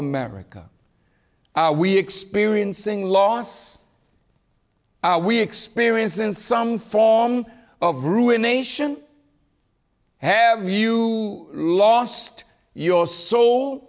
america we experiencing loss we experience in some form of ruination have you lost your soul